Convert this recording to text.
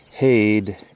hayed